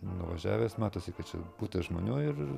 nuvažiavęs matosi kad čia būta žmonių ir